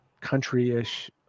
country-ish